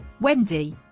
wendy